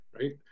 right